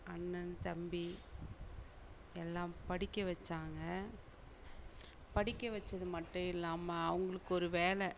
அண்ணன் தம்பி எல்லாம் படிக்க வெச்சாங்க படிக்க வெச்சது மட்டும் இல்லாமல் அவங்களுக்கு ஒரு வேலை